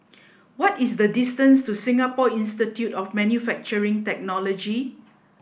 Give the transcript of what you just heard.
what is the distance to Singapore Institute of Manufacturing Technology